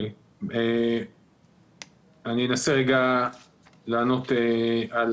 אני אנסה לענות על